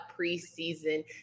preseason